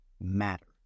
matter